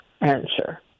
answer